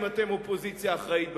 אם אתם אופוזיציה אחראית,